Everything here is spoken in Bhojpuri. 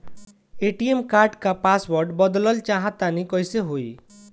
ए.टी.एम कार्ड क पासवर्ड बदलल चाहा तानि कइसे होई?